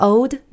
Old